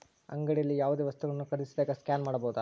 ಅಂಗಡಿಯಲ್ಲಿ ಯಾವುದೇ ವಸ್ತುಗಳನ್ನು ಖರೇದಿಸಿದಾಗ ಸ್ಕ್ಯಾನ್ ಮಾಡಬಹುದಾ?